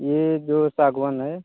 ये जो सागवान है